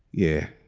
yeah,